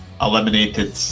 eliminated